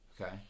Okay